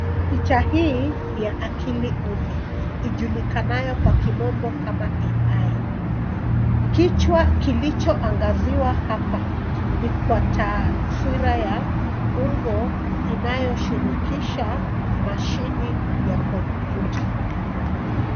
Picha hii, ni ya akili ude, ijulikanayo kwa kimombo kama AI[cs}. Kichwa kilichoangaziwa hapa, ni kwa taswira ya umbo, inayoshirikisha mashini ya kompyuta.